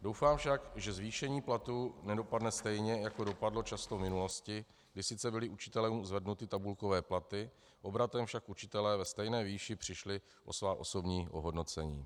Doufám však, že zvýšení platů nedopadne stejně, jako dopadlo často v minulosti, kdy sice byly učitelům zvednuty tabulkové platy, obratem však učitelé ve stejné výši přišli o svá osobní ohodnocení.